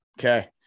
Okay